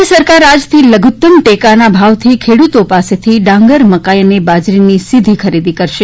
રાજય સરકાર આજથી લધુત્તમ ટેકાના ભાવથી ખેડૂતો પાસેથી ડાંગર મકાઇ અને બાજરીની સીધી ખરીદી કરશે